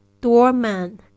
doorman